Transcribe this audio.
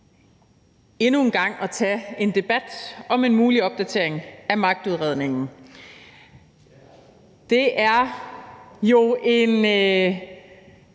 endnu en gang at tage en debat om en mulig opdatering af magtudredningen. Det er jo et